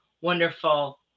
wonderful